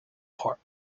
park